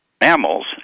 mammals